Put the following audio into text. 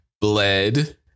bled